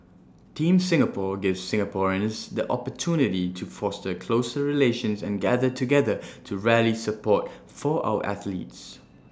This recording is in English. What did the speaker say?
Team Singapore gives Singaporeans the opportunity to foster closer relations and gather together to rally support for our athletes